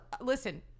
Listen